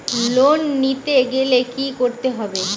Loan নিতে গেলে কি করতে হবে?